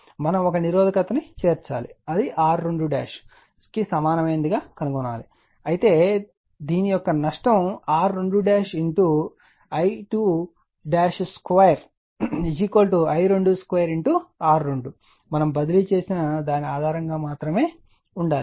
మనం ఒక నిరోధకత ను చేర్చాలి అది R2 సమానమైనదిగా కనుగొన్నాము అయితే దేని యొక్క నష్టం R2 I22 I22 R2 మనం బదిలీ చేసిన దాని ఆధారంగా మాత్రమే ఉండాలి